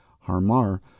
Harmar